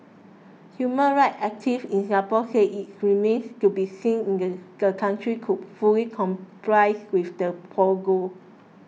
human rights activists in Singapore said it remains to be seen the country could fully complies with the protocol